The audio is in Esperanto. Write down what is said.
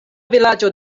vilaĝo